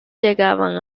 llegaban